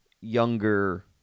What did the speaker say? younger